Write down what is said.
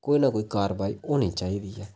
कोई ना कोई कारवाई होनी चाहिदी ऐ